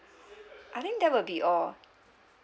I think that will be all